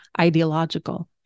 ideological